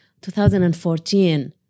2014